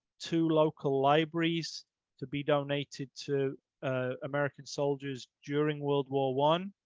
to local libraries to be donated to ah american soldiers during world war one.